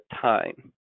time